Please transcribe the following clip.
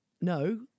No